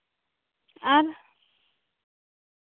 ᱟᱨ